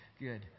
good